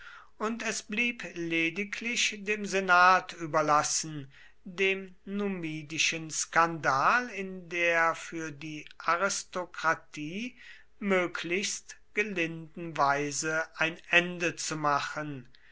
und es blieb lediglich dem senat überlassen dem numidischen skandal in der für die aristokratie möglichst gelinden weise ein ende zu machen